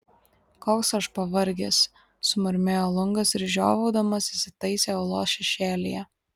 koks aš pavargęs sumurmėjo lungas ir žiovaudamas įsitaisė uolos šešėlyje